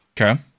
Okay